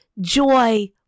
joy